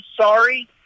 sorry